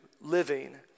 living